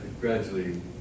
gradually